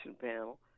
panel